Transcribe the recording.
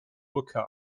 rückkehr